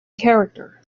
character